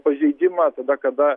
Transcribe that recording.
pažeidimą tada kada